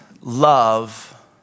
love